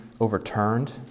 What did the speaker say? overturned